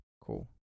cool